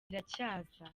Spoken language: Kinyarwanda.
biracyaza